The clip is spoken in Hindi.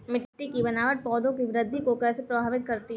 मिट्टी की बनावट पौधों की वृद्धि को कैसे प्रभावित करती है?